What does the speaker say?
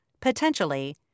potentially